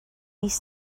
mis